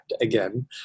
again